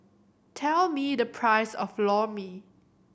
tell me the price of Lor Mee